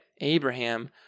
Abraham